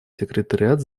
секретариат